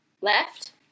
left